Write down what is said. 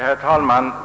Herr talman!